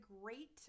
great